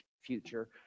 future